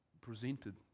presented